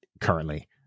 currently